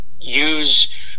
use